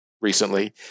recently